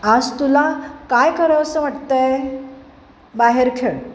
आज तुला काय करावंसं वाटत आहे बाहेर खेळ